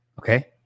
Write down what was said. Okay